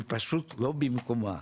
היא פשוט לא במקומה.